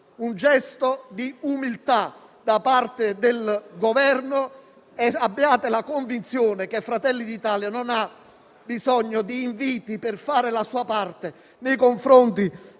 un gesto di umiltà da parte del Governo. Abbiate la convinzione che Fratelli d'Italia non ha bisogno di inviti per fare la sua parte nei confronti